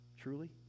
Truly